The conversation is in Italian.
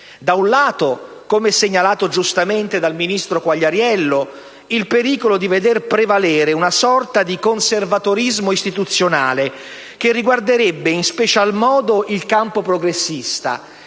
da un lato, come segnalato giustamente dal ministro Quagliariello, il pericolo di veder prevalere una sorta di conservatorismo istituzionale, che riguarderebbe in special modo il campo progressista,